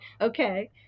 Okay